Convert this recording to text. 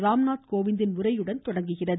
ராம்நாத் கோவிந்தின் உரையுடன் தொடங்குகிறது